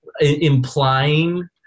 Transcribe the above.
implying